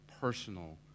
personal